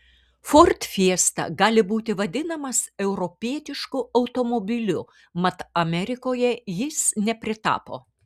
ford fiesta gali būti vadinamas europietišku automobiliu mat amerikoje jis nepritapo